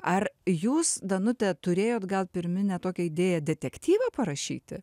ar jūs danute turėjot gal pirminę tokią idėją detektyvą parašyti